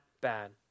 bad